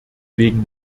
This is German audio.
wegen